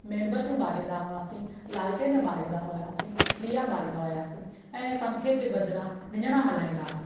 मेणबतियूं ॿारींदा हुआसीं लालटेन ॿारींदा हुआसीं ॾीआ ॿारींदा हुआसीं ऐं पंखे जे बदिरां विञिणा हलाईंदा हुआसीं